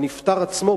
הנפטר עצמו?